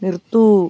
നിർത്തൂ